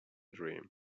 dream